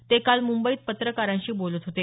ते काल मुंबईत पत्रकारांशी बोलत होते